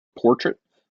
portrait